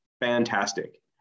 fantastic